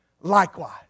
likewise